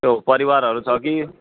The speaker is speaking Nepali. के हो परिवारहरू छ कि